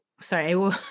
sorry